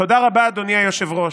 תודה רבה, אדוני היושב-ראש.